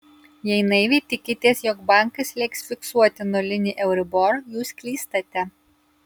jei naiviai tikitės jog bankas leis fiksuoti nulinį euribor jūs klystate